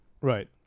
Right